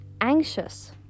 anxious